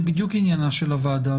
זה בדיוק עניינה של הוועדה,